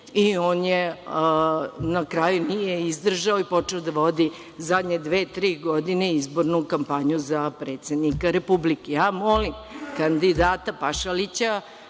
i na kraju nije izdržao i počeo je da vodi zadnje dve-tri godine izbornu kampanju za predsednika Republike. Ja molim kandidata Pašalića,